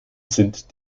sind